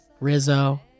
Rizzo